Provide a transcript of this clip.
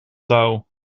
dauw